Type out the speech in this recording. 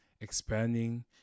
expanding